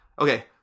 Okay